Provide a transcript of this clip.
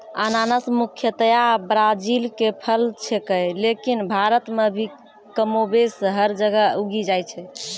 अनानस मुख्यतया ब्राजील के फल छेकै लेकिन भारत मॅ भी कमोबेश हर जगह उगी जाय छै